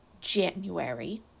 January